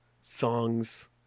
songs